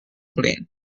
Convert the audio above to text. plane